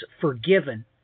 forgiven